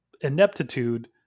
ineptitude